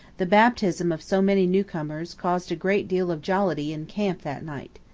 the baptism of so many newcomers caused a great deal of jollity in camp that night.